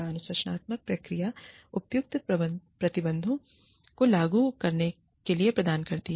अनुशासनात्मक प्रक्रियाएं उपयुक्त प्रतिबंधों को लागू करने के लिए प्रदान करती हैं